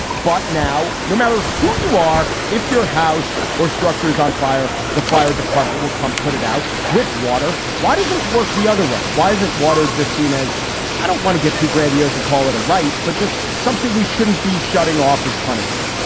but now, no matter who you are. if your house or structure is on fire, the fire department will come put it out with water. why? doesn't work the other way. why isn't water just seen as i don't want to get too grandiose and call it a right, but just something we shouldn't be shutting off as punishment?